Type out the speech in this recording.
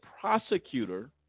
prosecutor